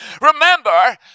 Remember